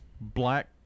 black